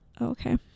Okay